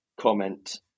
comment